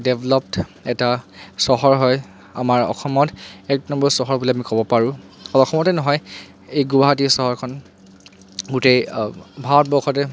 developed এটা চহৰ হয় আমাৰ অসমত এক নম্বৰ চহৰ বুলি আমি ক'ব পাৰোঁ অসমতে নহয় এই গুৱাহাটী চহৰখন গোটেই ভাৰতবৰ্ষতে